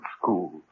school